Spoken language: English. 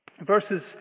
Verses